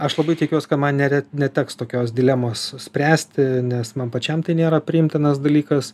aš labai tikiuos kad man nere neteks tokios dilemos spręsti nes man pačiam tai nėra priimtinas dalykas